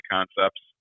Concepts